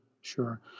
sure